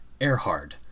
Erhard